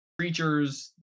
creatures